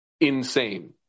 insane